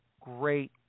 great